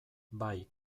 bai